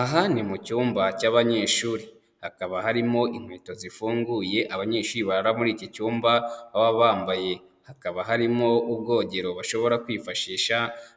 Aha ni mu cyumba cy'abanyeshuri, hakaba harimo inkweto zifunguye abanyeshuri barara muri iki cyumba baba bambaye, hakaba harimo ubwogero bashobora kwifashisha